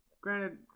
granted